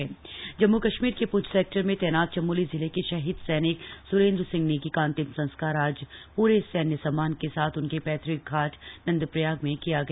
शहीद अंतिम संस्कार जम्मू कश्मीर के पुंछ सेक्टर में तैनात चमोली जिले के शहीद सैनिक स्रेंद्र सिंह नेगी का अंतिम संस्कार आज पूरे सैन्य समान के साथ उनके पैतृक घाट नंदप्रयाग में किया गया